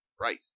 right